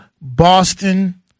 Boston